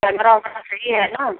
camera ओमरा सही है न